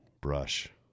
brush